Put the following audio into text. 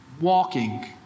Walking